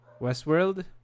Westworld